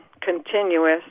continuous